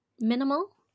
minimal